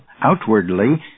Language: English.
outwardly